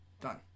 Done